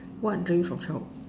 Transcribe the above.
what dreams from childhood